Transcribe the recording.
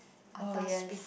oh yes